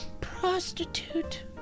Prostitute